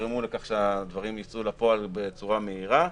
ויגרמו לכך שהדברים יצאו לפועל בצורה מהירה,